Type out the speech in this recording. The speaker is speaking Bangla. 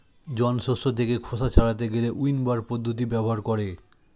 জন শস্য থেকে খোসা ছাড়াতে গেলে উইন্নবার পদ্ধতি ব্যবহার করে